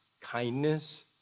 kindness